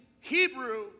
Hebrew